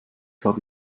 habe